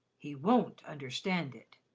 he won't understand it.